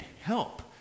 help